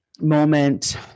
moment